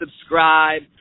subscribe